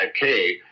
5k